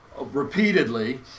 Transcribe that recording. repeatedly